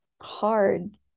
hard